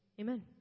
amen